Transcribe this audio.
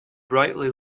brightly